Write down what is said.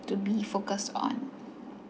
to be focused on